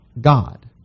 God